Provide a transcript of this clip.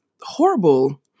horrible